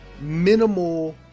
minimal